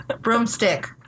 Broomstick